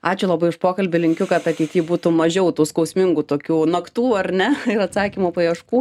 ačiū labai už pokalbį linkiu kad ateity būtų mažiau tų skausmingų tokių naktų ar ne ir atsakymų paieškų